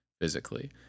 physically